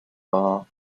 bar